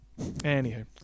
Anywho